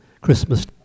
Christmas